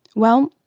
well,